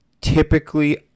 typically